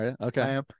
Okay